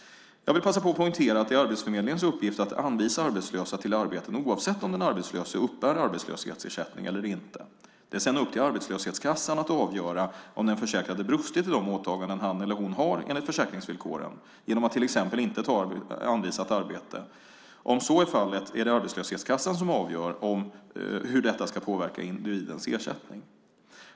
Jag vill passa på att poängtera att det är arbetsförmedlingens uppgift att anvisa arbetslösa till arbeten oavsett om den arbetslöse uppbär arbetslöshetsersättning eller inte. Det är sedan upp till arbetslöshetskassan att avgöra om den försäkrade brustit i de åtaganden han eller hon har enligt försäkringsvillkoren genom att, till exempel, inte ta ett anvisat arbete. Om så är fallet är det arbetslöshetskassan som avgör hur detta ska påverka individens ersättning.